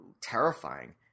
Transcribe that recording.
terrifying